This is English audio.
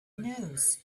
news